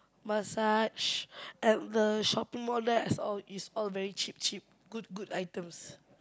massage at the shopping-mall there is all is all very cheap cheap good good items